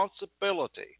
responsibility